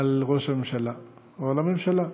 על ראש הממשלה ועל הממשלה.